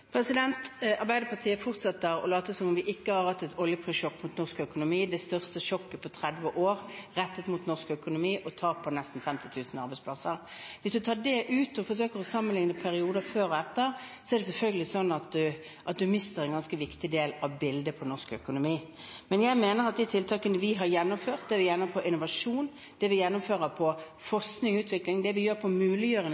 Arbeiderpartiet fortsetter å late som vi ikke har hatt et oljeprissjokk mot norsk økonomi, det største sjokket på 30 år rettet mot norsk økonomi og med et tap på nesten 50 000 arbeidsplasser. Hvis man tar det ut og forsøker å sammenlikne det med perioder før og etter, mister man selvfølgelig en ganske viktig del av bildet i norsk økonomi. Jeg mener at de tiltakene vi har gjennomført – det vi gjennomfører på innovasjon, det vi gjennomfører på